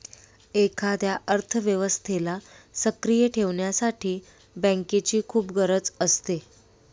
एखाद्या अर्थव्यवस्थेला सक्रिय ठेवण्यासाठी बँकेची खूप गरज असते